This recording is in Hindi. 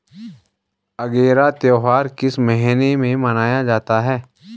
अगेरा त्योहार किस महीने में मनाया जाता है?